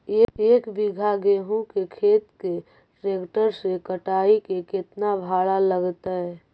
एक बिघा गेहूं के खेत के ट्रैक्टर से कटाई के केतना भाड़ा लगतै?